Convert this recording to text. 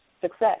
success